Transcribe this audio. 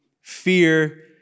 fear